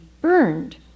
burned